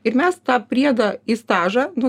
ir mes tą priedą į stažą nu